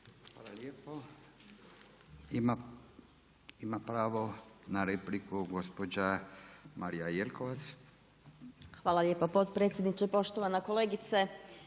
Hvala lijepo. Ima pravo na repliku gospođa Marija Jelkovac. **Jelkovac, Marija (HDZ)** Hvala lijepo potpredsjedniče. Poštovana kolegice